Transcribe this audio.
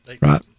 right